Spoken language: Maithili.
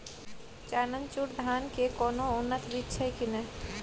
चननचूर धान के कोनो उन्नत बीज छै कि नय?